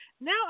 now